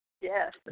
yes